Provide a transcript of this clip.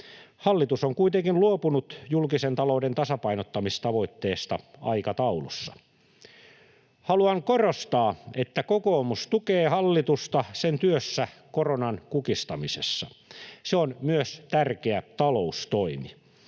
Hallitus on kuitenkin luopunut julkisen talouden tasapainottamistavoitteesta aikataulussa. Haluan korostaa, että kokoomus tukee hallitusta sen työssä koronan kukistamisessa. Se on myös tärkeä taloustoimi.